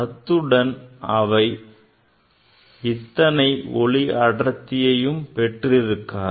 அத்துடன் அவை இத்தனை ஒளி அடர்த்தியையும் பெற்றிருக்காது